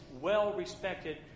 well-respected